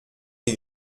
des